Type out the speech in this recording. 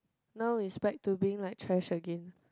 now is back to being like trash again